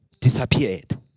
disappeared